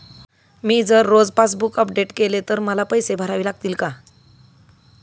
मी जर रोज passbook update केले तर मला पैसे भरावे लागतील का?